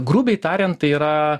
grubiai tariant tai yra